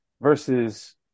versus